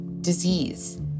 Disease